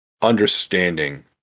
understanding